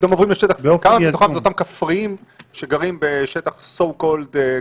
לשטח C. כמה מתוכם זה אותם כפריים שגרים בשטח so-called כבוש?